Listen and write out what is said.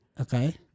Okay